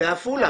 בעפולה,